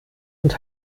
und